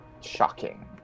Shocking